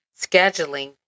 scheduling